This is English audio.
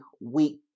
week